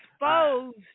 exposed